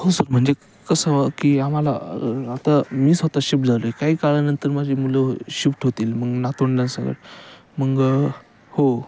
हो सर म्हणजे कसंं की आम्हाला आता मी स्वतः शिफ्ट झालो आहे काही काळानंतर माझी मुलं शिफ्ट होतील मग नातवंडांसकट मग हो